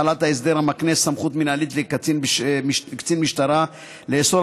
החלת ההסדר המקנה סמכות מינהלית לקצין משטרה לאסור